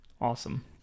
Awesome